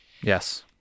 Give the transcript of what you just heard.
Yes